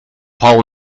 paul